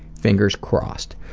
fingers crossed.